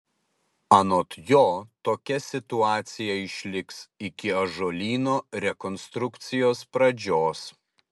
anot jo tokia situacija išliks iki ąžuolyno rekonstrukcijos pradžios